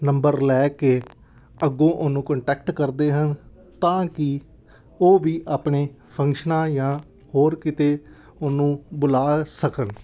number ਲੈ ਕੇ ਅੱਗੋਂ ਉਹਨੂੰ ਕੋਂਟੈਕਟ ਕਰਦੇ ਹਨ ਤਾਂ ਕਿ ਉਹ ਵੀ ਆਪਣੇ ਫੰਕਸ਼ਨਾਂ ਜਾਂ ਹੋਰ ਕਿਤੇ ਉਹਨੂੰ ਬੁਲਾ ਸਕਣ